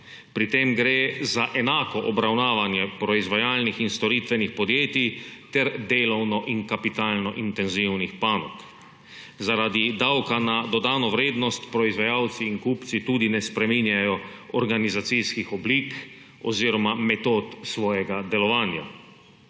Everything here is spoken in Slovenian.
Pri tem gre za enako obravnavanje proizvajalnih in storitvenih podjetij ter delovno in kapitalno intenzivnih panog. Zaradi davka na dodano vrednost proizvajalci in kupci tudi ne spreminjajo organizacijskih oblik oziroma metod svojega delovanja.